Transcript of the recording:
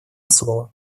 слово